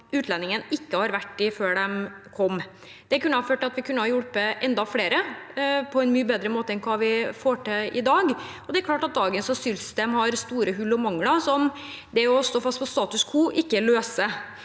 utlendingen ikke har vært i før de kom. Det kunne ha ført til at vi kunne ha hjulpet enda flere, på en mye bedre måte enn hva vi får til i dag. Det er klart at dagens asylsystem har store hull og mangler som det å stå fast på status quo ikke løser.